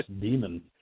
demon